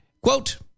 Quote